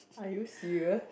are you serious